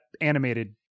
animated